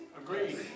Agreed